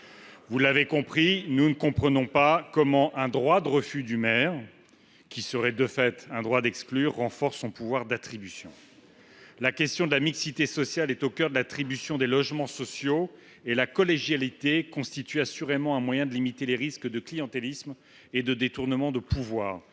C’est bien dommage ! Nous ne comprenons pas comment un droit de veto du maire, qui serait de fait un droit d’exclure, pourrait renforcer son pouvoir d’attribution. La question de la mixité sociale est au cœur de l’attribution des logements sociaux et la collégialité constitue assurément un moyen de limiter les risques de clientélisme et de détournement de pouvoir.